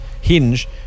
hinge